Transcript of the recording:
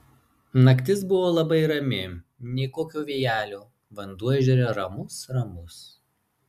naktis buvo labai rami nė kokio vėjelio vanduo ežere ramus ramus